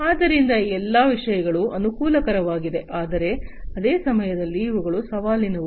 ಆದ್ದರಿಂದ ಈ ಎಲ್ಲಾ ವಿಷಯಗಳು ಅನುಕೂಲಕರವಾಗಿವೆ ಆದರೆ ಅದೇ ಸಮಯದಲ್ಲಿ ಇವುಗಳು ಸವಾಲಿನವು